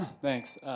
thanks.